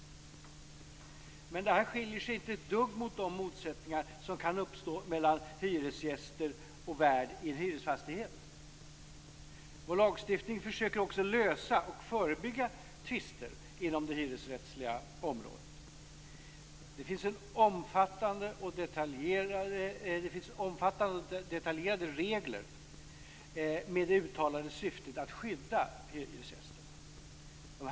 Men detta skiljer sig inte ett dugg från de motsättningar som kan uppstå mellan hyresgäster och värd i en hyresfastighet. Vår lagstiftning försöker också lösa och förebygga tvister inom det hyresrättsliga området. Det finns omfattande och detaljerade regler med det uttalade syftet att skydda hyresgästerna.